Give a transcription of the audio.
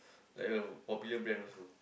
like a popular brand also